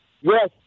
Yes